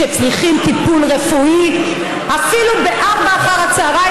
כשצריכים טיפול רפואי אפילו ב-16:00,